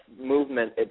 movement